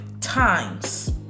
times